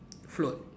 float